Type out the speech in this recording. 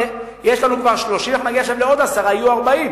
יש לנו כבר 30, יהיו עוד 10 ונגיע ל-40.